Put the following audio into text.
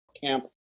Camp